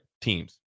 teams